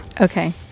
Okay